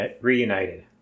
reunited